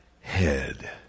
head